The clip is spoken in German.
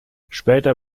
später